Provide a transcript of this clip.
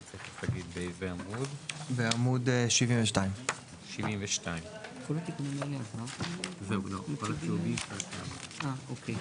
פסקה 1. אני אקריא: "בסעיף 1 במקום ההגדרה "בנק" יבוא "בנק"